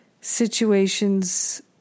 situations